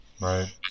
Right